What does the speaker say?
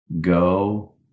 Go